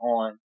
on